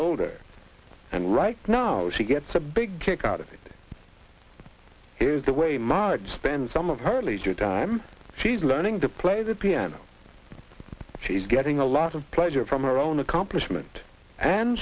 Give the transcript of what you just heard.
older and right now she gets a big kick out of it is the way marge spend some of her leisure time she's learning to play the piano she's getting a lot of pleasure from her own accomplishment and